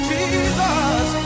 Jesus